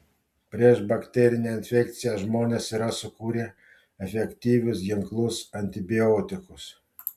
prieš bakterinę infekciją žmonės yra sukūrę efektyvius ginklus antibiotikus